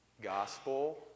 gospel